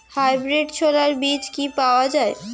Hybrid ছোলার বীজ কি পাওয়া য়ায়?